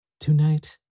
Tonight